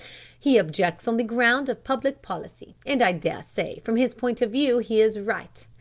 he objects on the ground of public policy, and i dare say from his point of view he is right.